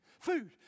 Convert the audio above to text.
Food